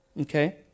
Okay